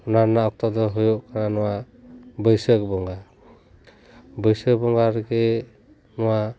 ᱚᱱᱟ ᱨᱮᱱᱟᱜ ᱚᱠᱛᱚ ᱫᱚ ᱦᱩᱭᱩᱜ ᱠᱟᱱᱟ ᱱᱚᱣᱟ ᱵᱟᱹᱭᱥᱟᱹᱠᱷ ᱵᱚᱸᱜᱟ ᱵᱟᱹᱭᱥᱟᱹᱠᱷ ᱵᱚᱸᱜᱟ ᱨᱮᱜᱮ ᱱᱚᱣᱟ